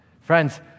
Friends